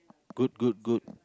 good good good